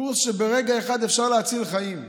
קורס שברגע אחד אפשר להציל חיים.